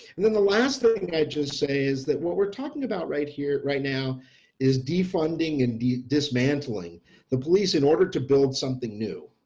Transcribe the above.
and then the last thing i just say is that what we're talking about right here right now is defunding and dismantling the police in order to build something new.